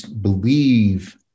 believe